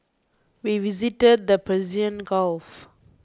we visited the Persian Gulf